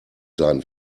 sein